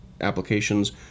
applications